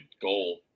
goal